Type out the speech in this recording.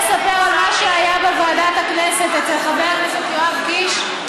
אני רוצה לספר על מה שהיה בוועדת הכנסת אצל חבר הכנסת יואב קיש.